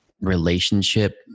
relationship